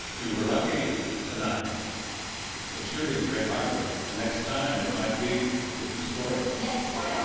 we were lucky tonight good shooting, great hardware. the next time it might be a different story. next